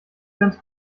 ganz